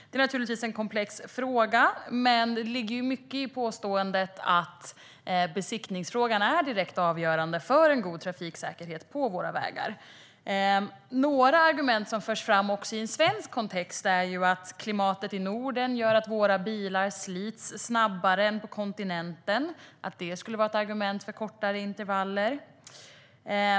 Det är naturligtvis en komplex fråga, men det ligger mycket i påståendet att besiktningsfrågan är direkt avgörande för en god trafiksäkerhet på våra vägar. Några argument som förs fram i en svensk kontext är att klimatet i Norden gör att våra bilar slits snabbare än på kontinenten. Det skulle vara ett argument för kortare intervaller.